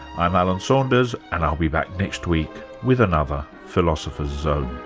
i'm alan saunders and i'll be back next week with another philosopher's zone